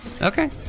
Okay